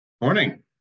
morning